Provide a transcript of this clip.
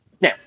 Now